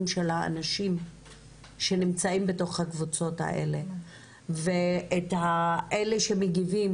של האנשים שנמצאים בתוך הקבוצות האלה ואת אלה שמגיבים